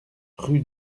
rue